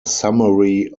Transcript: summary